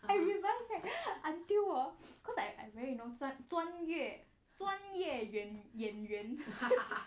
I remember until hor cause I very you know I very 专业专业演演员